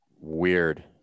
weird